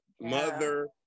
mother